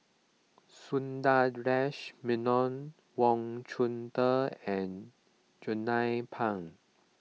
Sundaresh Menon Wang Chunde and Jernnine Pang